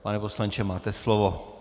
Pane poslanče, máte slovo.